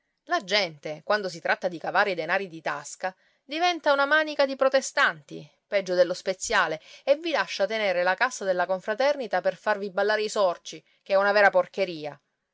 la gente quando si tratta di cavare i denari di tasca diventa una manica di protestanti peggio dello speziale e vi lascia tenere la cassa della confraternita per farvi ballare i sorci che è una vera porcheria